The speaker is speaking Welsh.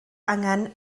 angen